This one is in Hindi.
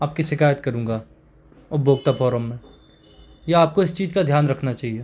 आप की शिकायत करूँगा उपभोक्ता फोरम में या आप को इस चीज़ का ध्यान रखना चाहिए